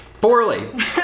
poorly